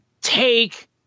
take